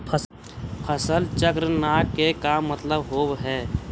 फसल चक्र न के का मतलब होब है?